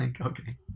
okay